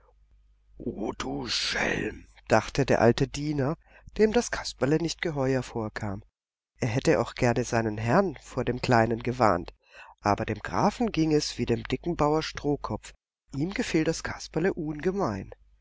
du schelm dachte der alte diener dem das kasperle nicht geheuer vorkam er hätte auch gern seinen herrn vor dem kleinen gewarnt aber dem grafen ging es wie dem dicken bauer strohkopf ihm gefiel das kasperle ungemein